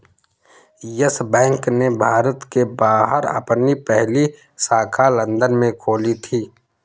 yes Bank ने भारत के बाहर अपनी पहली शाखा लंदन में खोली थी